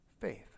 faith